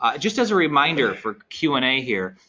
ah just as a reminder for q and a here,